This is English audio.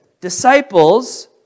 disciples